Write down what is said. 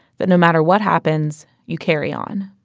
that no matter what happens, you carry on